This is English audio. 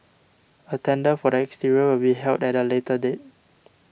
a tender for the exterior will be held at a later date